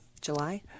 July